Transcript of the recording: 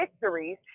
victories